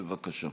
בבקשה.